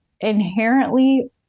inherently